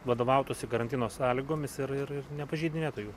vadovautųsi karantino sąlygomis ir ir nepažeidinėtų jų